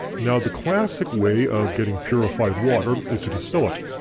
now the classic way of getting purified water is to distill it.